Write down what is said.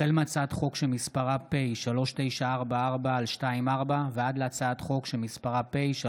החל בהצעת חוק פ/3944/24 וכלה בהצעת חוק פ/3972/24: